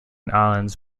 islands